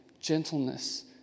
gentleness